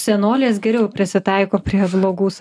senolės geriau prisitaiko prie žmogaus